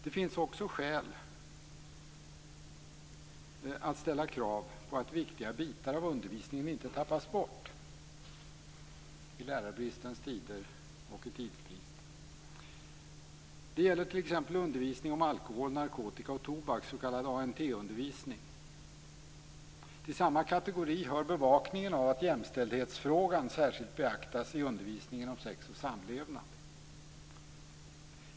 Det finns också skäl att ställa krav på att viktiga bitar av undervisningen inte tappas bort i lärarbristens och tidsbristens tider. Det gäller t.ex. undervisning om alkohol, narkotika och tobak, s.k. ANT-undervisning. Till samma kategori hör bevakningen av att jämställdhetsfrågan särskilt beaktas i undervisningen om sex och samlevnad.